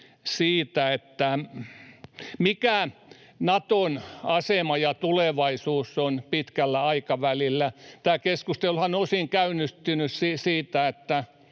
siitä, mikä Naton asema ja tulevaisuus on pitkällä aikavälillä. Tämä keskusteluhan on osin käynnistynyt siitä, että